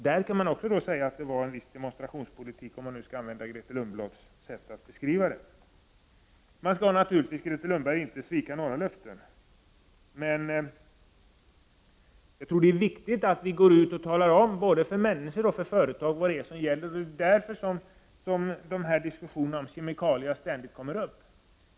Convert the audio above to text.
Där kan man också tala om en viss demonstrationspolitik, om man nu skall använda Grethe Lundblads sätt att beskriva det. Man skall naturligtvis, Grethe Lundblad, inte svika några löften. Men jag tror att det är viktigt att vi talar om både för människor och för företag vad det är som gäller eftersom dessa diskussioner ständigt kommer upp.